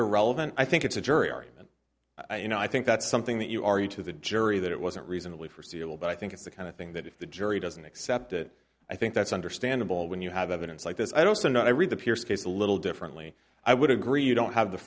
irrelevant i think it's a jury argument i you know i think that's something that you are you to the jury that it wasn't reasonably forseeable but i think it's the kind of thing that if the jury doesn't accept it i think that's understandable when you have evidence like this i'd also know i read the pierce case a little differently i would agree you don't have the